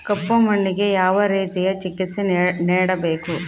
ಕಪ್ಪು ಮಣ್ಣಿಗೆ ಯಾವ ರೇತಿಯ ಚಿಕಿತ್ಸೆ ನೇಡಬೇಕು?